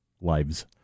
lives